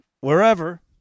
wherever